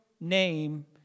name